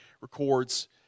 records